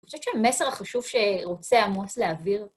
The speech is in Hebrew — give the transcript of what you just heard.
אני חושבת שהמסר החשוב שרוצה עמוס להעביר...